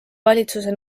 valitsuse